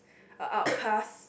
a outcast